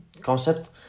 concept